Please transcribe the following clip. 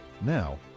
now